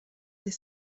dès